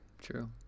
True